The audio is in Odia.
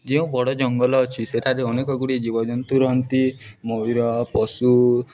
ଯେଉଁ ବଡ଼ ଜଙ୍ଗଲ ଅଛି ସେଠାରେ ଅନେକ ଗୁଡ଼ିଏ ଜୀବଜନ୍ତୁ ରହନ୍ତି ମୟୁର ପଶୁ